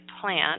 plant